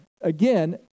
again